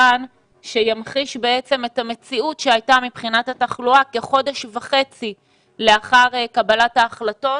שימחיש את המציאות שהייתה מבחינת התחלואה כחודש וחצי לאחר קבלת ההחלטות,